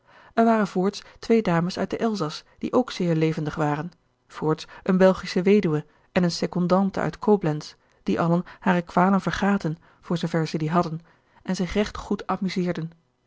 er waren voorts twee dames uit den elzas die ook zeer levendig waren voorts eene belgische weduwe en eene secondante uit coblentz die allen hare kwalen vergaten voor zoover zij die hadden en zich recht goed amuseerden